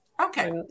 Okay